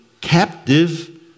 captive